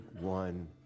one